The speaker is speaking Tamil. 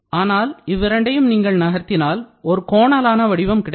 ஆனால் இவ்விரண்டையும் நீங்கள் நகத்தினால் ஒரு கோணலான வடிவம் கிடைக்கும்